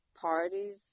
parties